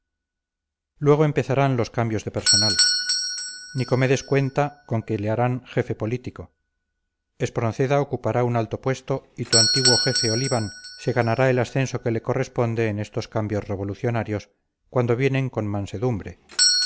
luego empezarán los cambios de personal nicomedes cuenta con que le harán jefe político espronceda ocupará un alto puesto y tu antiguo jefe oliván se ganará el ascenso que le corresponde en estos cambios revolucionarios cuando vienen con mansedumbre te